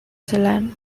zealand